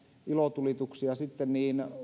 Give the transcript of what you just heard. ilotulituksia niin